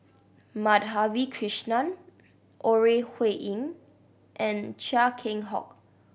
Madhavi Krishnan Ore Huiying and Chia Keng Hock